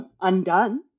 undone